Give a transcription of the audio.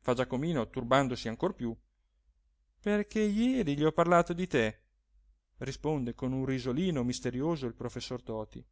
fa giacomino turbandosi ancor più perché jeri gli ho parlato di te risponde con un risolino misterioso il professor toti